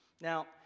Now